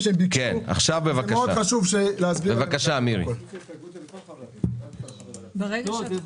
בוקר טוב לכולם.